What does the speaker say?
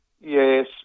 Yes